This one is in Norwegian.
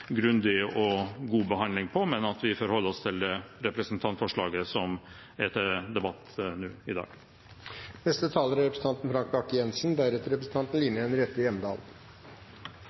grundig og god behandling av, men at vi forholder oss til det representantforslaget som er til debatt nå i dag. Havbruksnæringen er